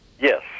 Yes